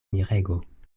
mirego